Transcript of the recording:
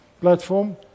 platform